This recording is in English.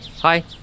Hi